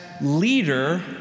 leader